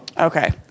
Okay